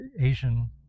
Asian